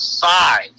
five